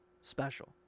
special